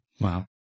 Wow